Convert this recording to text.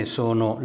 sono